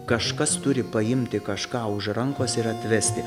kažkas turi paimti kažką už rankos ir atvesti